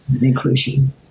inclusion